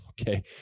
okay